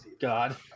God